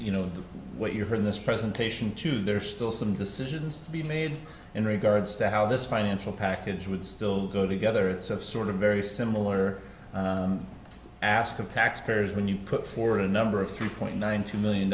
you know what you heard this presentation to there are still some decisions to be made in regards to how this financial package would still go together it's sort of very similar asked of taxpayers when you put forward a number of three point nine two million